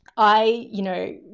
i, you know,